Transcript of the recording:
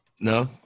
No